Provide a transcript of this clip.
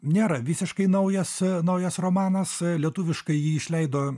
nėra visiškai naujas naujas romanas lietuviškai ji išleido